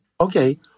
okay